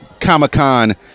Comic-Con